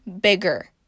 bigger